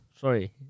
Sorry